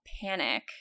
panic